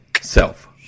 Self